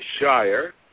Shire